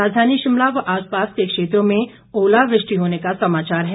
राजधानी शिमला व आसपास के क्षेत्रों में ओलावृष्टि होने का समाचार है